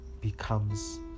becomes